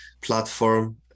platform